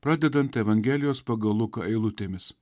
pradedant evangelijos pagal luką eilutėmis